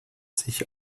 sich